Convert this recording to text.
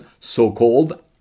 so-called